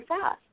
fast